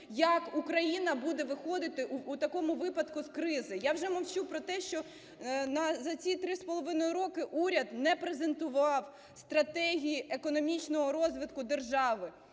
як Україна буде виходити у такому випадку з кризи. Я вже мовчу про те, що за ці 3,5 роки уряд не презентував стратегії економічного розвитку держави,